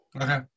Okay